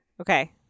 Okay